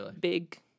big